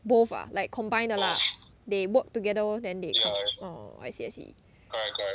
both ah like combine 的 lah they work together then they oh I see I see